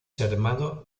hermano